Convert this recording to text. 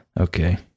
okay